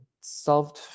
solved